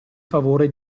favore